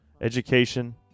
education